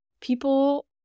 people